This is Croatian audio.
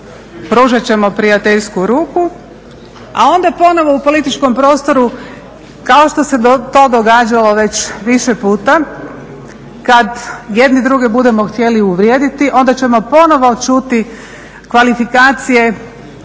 pružat ćemo prijateljsku ruku, a onda ponovo u političkom prostoru kao što se to događalo već više puta, kad jedni druge budemo htjeli uvrijediti onda ćemo ponovo čuti kvalifikacije